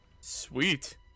Sweet